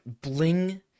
bling